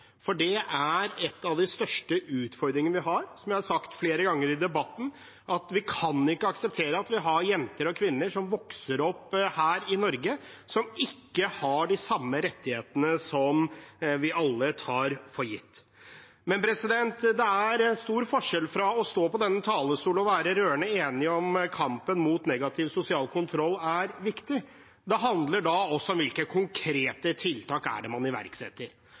for det er en av de største utfordringene vi har. Som jeg har sagt flere ganger i debatten, kan vi ikke akseptere at vi har jenter og kvinner som vokser opp her i Norge, men som ikke har de samme rettighetene som vi alle tar for gitt. Det er stor forskjell på å stå på denne talerstol og være rørende enige om at kampen mot negativ sosial kontroll er viktig, for det handler også om hvilke konkrete tiltak man iverksetter. Og beklager – at noen skryter av antall fritidsklubber, er